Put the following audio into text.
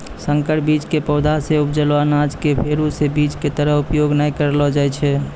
संकर बीज के पौधा सॅ उपजलो अनाज कॅ फेरू स बीज के तरह उपयोग नाय करलो जाय छै